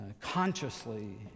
consciously